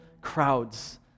crowds